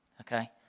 okay